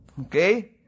Okay